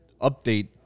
update